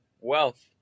wealth